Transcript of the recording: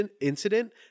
incident